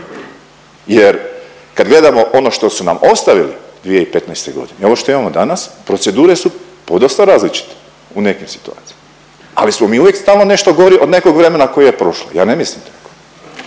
jer kad gledamo ono što su nam ostavili 2015. godine i ovo što imamo danas procedure su podosta različite u nekim situacijama, ali smo mi uvijek stalno nešto gori od nekog vremena koje je prošlo. Ja ne mislim i